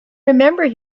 remember